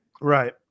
Right